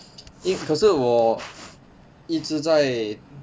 if 可是我一直在